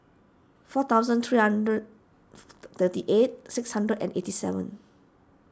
four thousand three hundred thirty eight six hundred and eighty seven